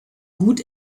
gut